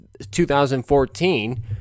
2014